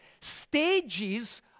stages